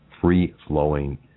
free-flowing